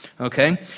Okay